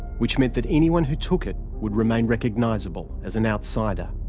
which meant that anyone who took it would remain recognisable as an outsider.